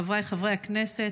חבריי חברי הכנסת,